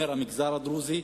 אני אומר "המגזר הדרוזי",